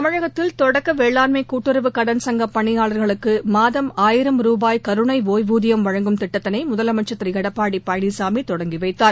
தமிழகத்தில் தொடக்க வேளாண்மை கூட்டுறவு கடன் சங்கப் பணியாளர்களுக்கு மாதம் ஆயிரம் ருபாய் கருணை ஒய்வூதியம் வழங்கும் திட்டத்தினை முதலமைச்சர் திரு எடப்பாடி பழனிசாமி தொடங்கி வைத்தார்